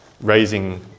raising